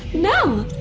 no!